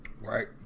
right